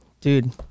Dude